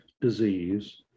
disease